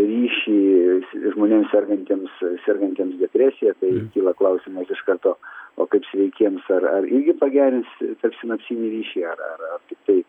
ryšį žmonėms sergantiems sergantiems depresija tai kyla klausimas iš karto o kaip sveikiems ar ar irgi pagerins tarpsinapsinį ryšį ar ar tiktai